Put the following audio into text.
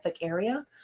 area